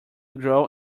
grow